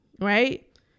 right